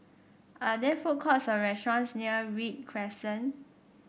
are there food courts or restaurants near Read Crescent